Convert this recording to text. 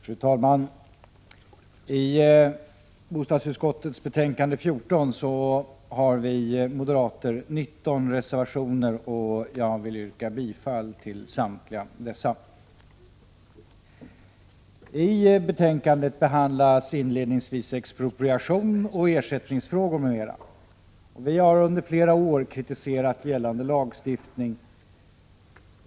Fru talman! I bostadsutskottets betänkande nr 14 återfinns 19 moderata reservationer, och jag vill yrka bifall till samtliga dessa. I betänkandet behandlas inledningsvis expropriation och ersättningsfrågor m.m. Vi har under flera år kritiserat gällande lagstiftning.